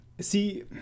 see